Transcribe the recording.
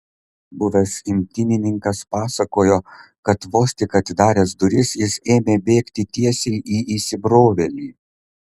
buvęs imtynininkas pasakojo kad vos tik atidaręs duris jis ėmė bėgti tiesiai į įsibrovėlį